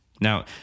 Now